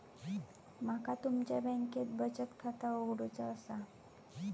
माका तुमच्या बँकेत बचत खाता उघडूचा असा?